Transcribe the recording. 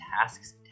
tasks